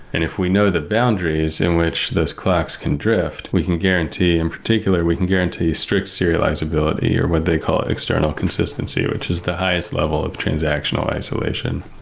and if we know the boundaries in which these clocks can drift, we can guarantee in particular, we can guarantee strict serializablity or what they call external consistency, which is the highest level of transactional isolation.